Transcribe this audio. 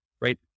right